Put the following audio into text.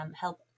help